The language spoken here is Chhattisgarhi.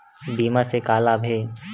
बीमा से का लाभ हे?